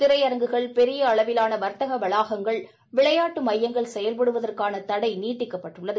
திரையரங்குகள் பெரிய அளவிலான வர்தக வளாகங்கள் விளையாட்டு மையங்கள் செயல்படுதற்கான தடை நீட்டிக்கப்பட்டுள்ளது